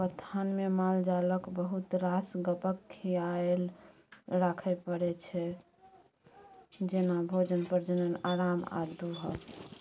बथानमे मालजालक बहुत रास गप्पक खियाल राखय परै छै जेना भोजन, प्रजनन, आराम आ दुहब